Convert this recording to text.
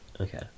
okay